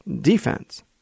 defense